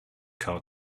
card